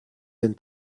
denn